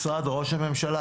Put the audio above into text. הממשלה.